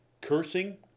Cursing